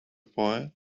boy